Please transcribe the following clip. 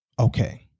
okay